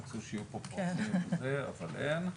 רצוי שיהיו פה נשים אך אין.